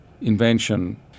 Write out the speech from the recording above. invention